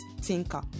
thinker